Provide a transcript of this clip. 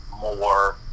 more